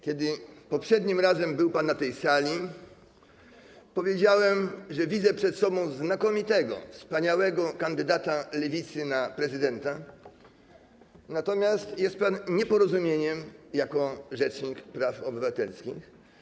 Kiedy poprzednim razem był pan na tej sali, powiedziałem, że widzę przed sobą znakomitego, wspaniałego kandydata Lewicy na prezydenta, natomiast jest pan nieporozumieniem jako rzecznik praw obywatelskich.